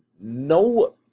no